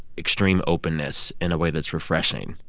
extreme openness in a way that's refreshing